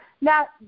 Now